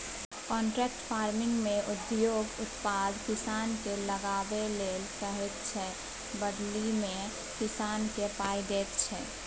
contract फार्मिंगमे उद्योग उत्पाद किसानकेँ लगाबै लेल कहैत छै बदलीमे किसानकेँ पाइ दैत छै